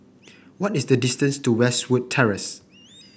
what is the distance to Westwood Terrace